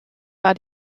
war